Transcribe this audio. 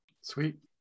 Sweet